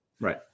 right